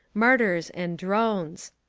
martyrs and drones.